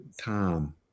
time